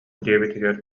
диэбитигэр